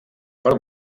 per